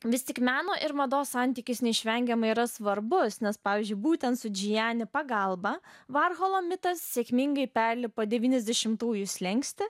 vis tik meno ir mados santykis neišvengiamai yra svarbus nes pavyzdžiui būtent sudžienė pagalba varholo mitas sėkmingai perlipo devyniasdešimtųjų slenkstį